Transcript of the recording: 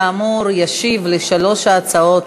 כאמור, ישיב על שלוש ההצעות